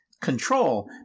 control